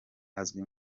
azwi